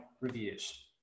reviews